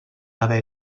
haver